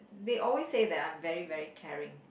they always say that I'm very very caring